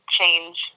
change